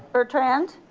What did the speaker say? bertrand.